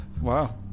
wow